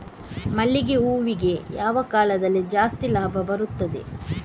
ಮಲ್ಲಿಗೆ ಹೂವಿಗೆ ಯಾವ ಕಾಲದಲ್ಲಿ ಜಾಸ್ತಿ ಲಾಭ ಬರುತ್ತದೆ?